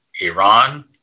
Iran